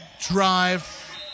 drive